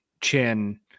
Chin